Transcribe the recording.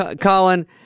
Colin